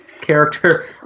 character